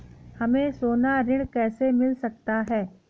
हमें सोना ऋण कैसे मिल सकता है?